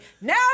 now